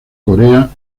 corea